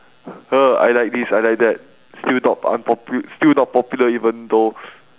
ugh I like this I like that still thought unpopu~ still not popular even though